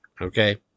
Okay